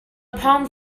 palms